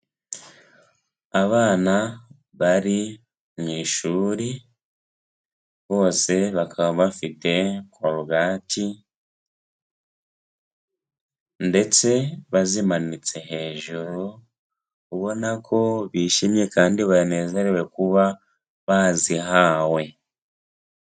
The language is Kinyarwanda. Abana bari mu ishuri, bose bakaba bafite korogati ndetse bazimanitse hejuru ubona ko bishimye kandi banezerewe kuba bazihawe.